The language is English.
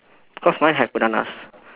cause mine have bananas